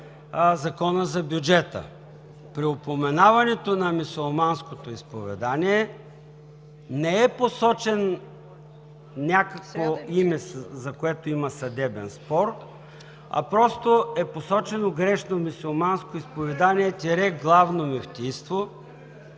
Закона за бюджета. При упоменаването на мюсюлманското изповедание не е посочено някакво име, за което има съдебен спор, а просто е посочено грешно „мюсюлманско изповедание – Главно мюфтийство“